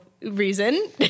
reason